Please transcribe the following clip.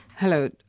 Hello